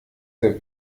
der